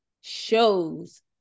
shows